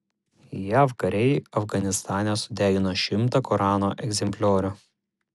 jav kariai afganistane sudegino šimtą korano egzempliorių